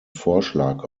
vorschlag